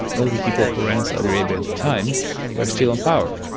all the people who ran saudi arabia at the time were still in power.